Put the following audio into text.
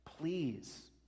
please